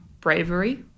bravery